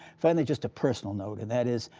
finally, just a personal note, and that is,